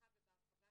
כל השותפים.